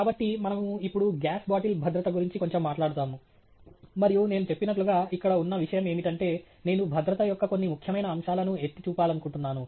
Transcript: కాబట్టి మనము ఇప్పుడు గ్యాస్ బాటిల్ భద్రత గురించి కొంచెం మాట్లాడుతాము మరియు నేను చెప్పినట్లుగా ఇక్కడ ఉన్న విషయం ఏమిటంటే నేను భద్రత యొక్క కొన్ని ముఖ్యమైన అంశాలను ఎత్తి చూపాలనుకుంటున్నాను